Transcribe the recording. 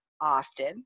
often